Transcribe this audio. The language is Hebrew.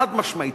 חד-משמעית,